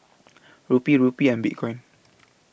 Rupee Rupee and Bitcoin